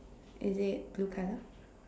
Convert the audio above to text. is it blue colour